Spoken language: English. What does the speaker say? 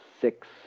six